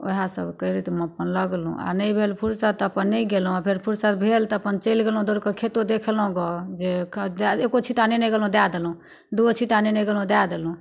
ओहए सब करैतमे अपन लगलहुँ आओर नहि भेल फुरसत तऽ अपन नहि गेलहुँ आओर फेर फुरसत भेल तऽ अपन चलि गेलहुँ दौड़कऽ खेतो देख अयलहुँ ग जे एको छिट्टा नेने गेलहुँ दए देलहुँ दुओ छिट्टा नेने गेलहुँ दए देलहुँ